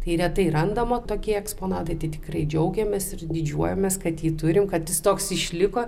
tai retai randama tokie eksponatai tai tikrai džiaugiamės ir didžiuojamės kad jį turim kad jis toks išliko